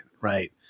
right